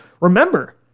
Remember